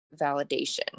validation